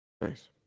Nice